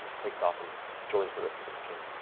takes off and joins the rest of its kin.